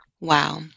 Wow